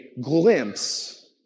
glimpse